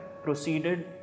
proceeded